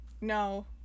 no